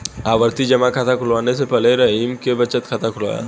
आवर्ती जमा खाता खुलवाने से पहले रहीम ने बचत खाता खुलवाया